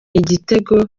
ibitego